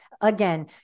again